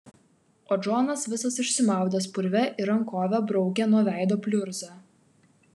o džonas visas išsimaudęs purve ir rankove braukė nuo veido pliurzą